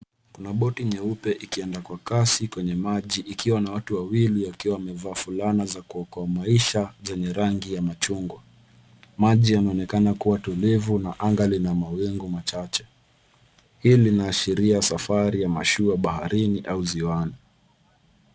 Kuna boti nyeupe ikienda kwa kasi kwenye maji, ikiwa na watu wawili wakiwa wamevaa fulana za kuokoa maisha zenye rangi ya machungwa. Maji yanaonekana kuwa tulivu na anga lina mawingu machache. Hii inaashiria safari ya mashua baharini au ziwani.